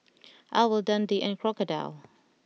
Owl Dundee and Crocodile